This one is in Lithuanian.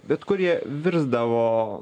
bet kurie virsdavo